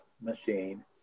machine